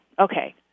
Okay